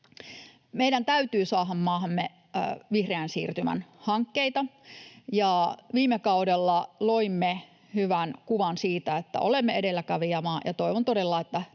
Meidän täytyy saada maahamme vihreän siirtymän hankkeita. Viime kaudella loimme hyvän kuvan siitä, että olemme edelläkävijämaa, ja toivon todella, että